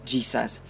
Jesus